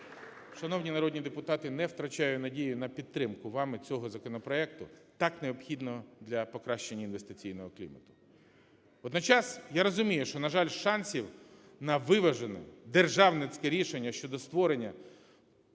шановні народні депутати, не втрачаю надію на підтримку вами цього законопроекту, так необхідного для покращення інвестиційного клімату. Водночас я розумію, що, на жаль, шансів на виважене державницьке рішення щодо створення,